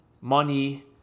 money